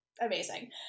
amazing